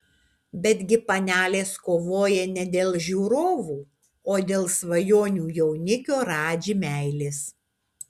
betgi panelės kovoja ne dėl žiūrovų o dėl svajonių jaunikio radži meilės